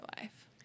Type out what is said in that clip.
life